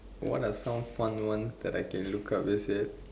what are some fun ones that I can look up is it